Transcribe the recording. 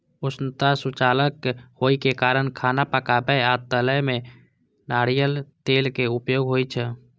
उष्णता सुचालक होइ के कारण खाना पकाबै आ तलै मे नारियल तेलक उपयोग होइ छै